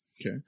Okay